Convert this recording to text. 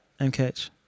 MKH